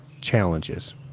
challenges